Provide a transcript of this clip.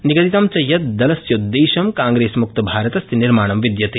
निगदितं च यत् दलस्योद्रेश्य कांप्रेसम्क्त भारतस्य निर्माणं विद्यते